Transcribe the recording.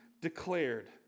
declared